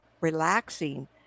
relaxing